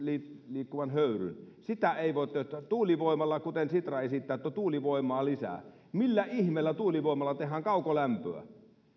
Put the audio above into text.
liikkuvan höyryn sitä ei voi täyttää tuulivoimalla kuten sitra esittää että tuulivoimaa lisää millä ihmeellä tuulivoimasta tehdään kaukolämpöä